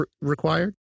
required